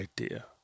idea